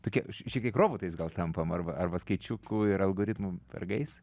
tokie šiek tiek robotais gal tampam arba arba skaičiukų ir algoritmų vergais